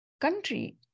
country